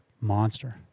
monster